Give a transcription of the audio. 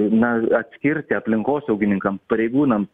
na atskirti aplinkosaugininkam pareigūnam